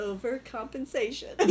Overcompensation